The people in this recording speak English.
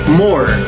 more